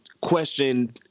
question